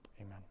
Amen